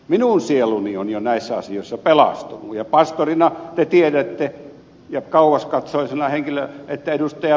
minun sieluni on jo näissä asioissa pelastunut ja pastorina te tiedätte ja kauaskatseisena henkilönä että ed